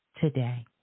today